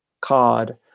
cod